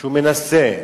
שהוא מנסה,